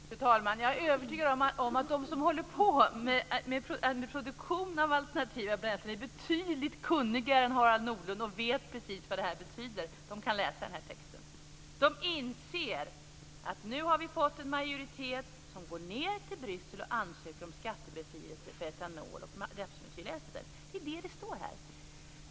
Fru talman! Jag är övertygad om att de som håller på med produktion av alternativa bränslen är betydligt kunnigare än Harald Nordlund och vet precis vad detta betyder. De kan läsa texten. De inser att det nu finns en majoritet som skall ansöka om skattebefrielse för etanol och rapsmetylester i Bryssel.